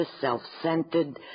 self-centered